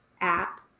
app